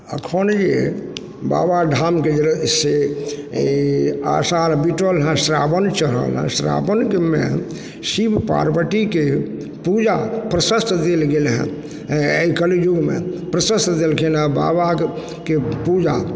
एखन जे बाबाधाम गेल रही से ई आषाढ़ बितल हइ श्रावण चढ़ल हइ श्रावणमे शिव पार्वतीके पूजा प्रशस्त देल गेल हइ अइ कलयुगमे प्रशस्त देलखिन हेँ बाबाके पूजा